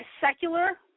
secular